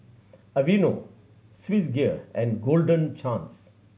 Aveeno Swissgear and Golden Chance